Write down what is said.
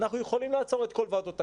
אנחנו יכולים להפעיל את כל ועדות הכנסת,